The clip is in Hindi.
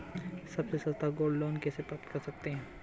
सबसे सस्ता गोल्ड लोंन कैसे प्राप्त कर सकते हैं?